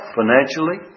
financially